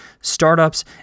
startups